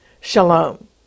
Shalom